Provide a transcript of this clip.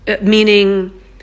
Meaning